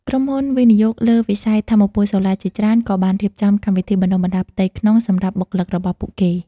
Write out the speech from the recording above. ក្រុមហ៊ុនវិនិយោគលើវិស័យថាមពលសូឡាជាច្រើន ក៏បានរៀបចំ កម្មវិធីបណ្តុះបណ្តាលផ្ទៃក្នុង សម្រាប់បុគ្គលិករបស់ពួកគេ។